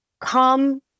come